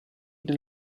nel